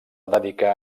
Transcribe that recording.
dedicar